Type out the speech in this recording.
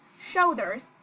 shoulders